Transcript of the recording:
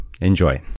Enjoy